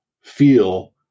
feel